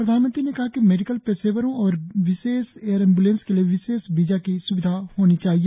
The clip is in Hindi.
प्रधानमंत्री ने कहा कि मेडिकल पेशेवरों और विशेष एयर एंब्लेंस के लिए विशेष वीजा की सुविधा होनी चाहिए